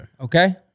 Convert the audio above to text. okay